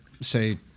say